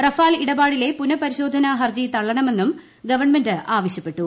Rafale ഇടപാടിലെ പ്പുനപരിശോധന ഹർജി തള്ളണമെന്നും ഗവൺമെന്റ് ആവശ്യപ്പെട്ടു